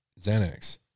Xanax